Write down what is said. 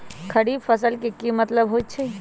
खरीफ फसल के की मतलब होइ छइ?